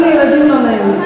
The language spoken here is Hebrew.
גם לילדים לא נעים.